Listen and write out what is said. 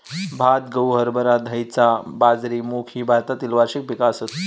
भात, गहू, हरभरा, धैंचा, बाजरी, मूग ही भारतातली वार्षिक पिका आसत